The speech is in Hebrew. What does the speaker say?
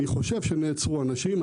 אני חושב שנעצרו אנשים.